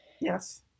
Yes